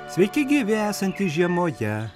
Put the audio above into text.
sveiki gyvi esantys žiemoje